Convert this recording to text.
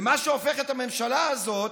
ומה שהופך את הממשלה הזאת,